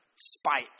spite